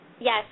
Yes